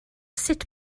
sut